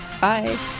bye